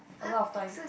a lot of time